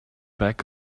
back